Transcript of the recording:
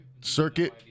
circuit